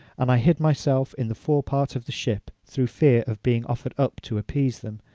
and i hid myself in the fore part of the ship, through fear of being offered up to appease them,